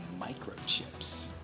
Microchips